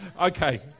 Okay